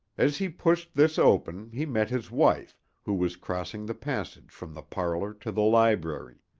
as he pushed this open he met his wife, who was crossing the passage from the parlor to the library.